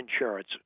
Insurance